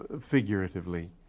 figuratively